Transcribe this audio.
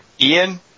Ian